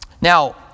Now